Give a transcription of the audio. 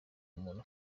umuntu